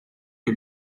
que